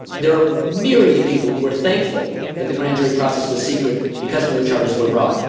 there are myriad people who are thankful that the grand jury process was secret because no charges were brought.